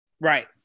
Right